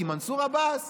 כי מנסור עבאס